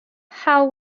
how